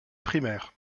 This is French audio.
primaire